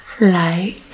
light